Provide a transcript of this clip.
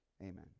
Amen